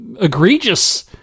egregious